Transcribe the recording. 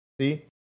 See